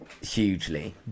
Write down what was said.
hugely